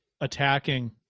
attacking